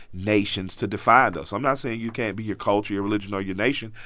nations to define us. i'm not saying you can't be your culture, your religion or your nation,